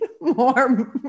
more